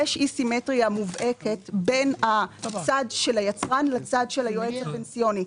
סימטריה מובהקת בין הצד של היצרן לצד של היועץ הפנסיוני.